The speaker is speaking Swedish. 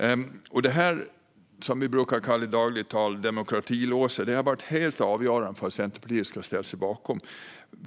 Det här, som vi i dagligt tal brukar kalla för demokratilåset, var helt avgörande för att Centerpartiet skulle ställa sig bakom detta.